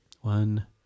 One